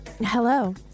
Hello